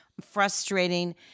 frustrating